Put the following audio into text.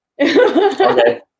Okay